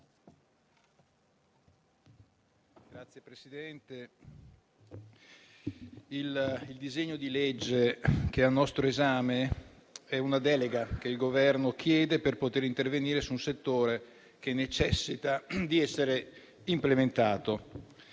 il disegno di legge al nostro esame reca una delega che il Governo chiede per poter intervenire su un settore che necessita di essere implementato.